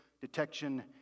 detection